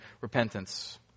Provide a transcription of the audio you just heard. repentance